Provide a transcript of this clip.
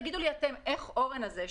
תגידו לי אתם: איך אורן הזה,